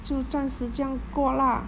就暂时这样过 lah